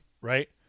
right